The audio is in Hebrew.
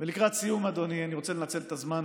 לקראת סיום, אדוני, אני רוצה לנצל את הזמן